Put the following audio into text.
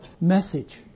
message